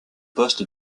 poste